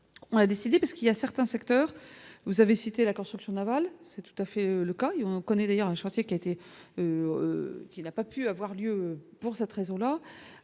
On a décidé, parce qu'il y a certains secteurs, vous avez cité la construction navale, c'est tout à fait le cas et on connaît d'ailleurs un chantier qui a été, qui n'a pas pu avoir lieu, pour cette raison là